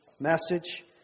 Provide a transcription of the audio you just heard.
message